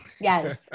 Yes